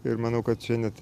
ir manau kad čia net